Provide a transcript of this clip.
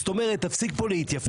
זאת אומרת, תפסיק פה להתייפייף.